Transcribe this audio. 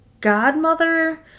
godmother